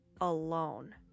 alone